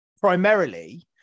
primarily